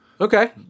okay